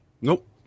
Nope